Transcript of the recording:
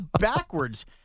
backwards